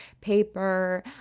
paper